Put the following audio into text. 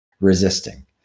resisting